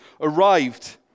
arrived